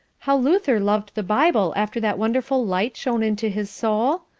how luther loved the bible after that wonderful light shone into his soul?